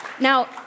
Now